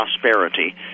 prosperity